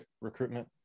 recruitment